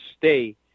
stay